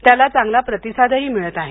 त्याला चांगला प्रतिसादही मिळत आहे